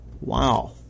Wow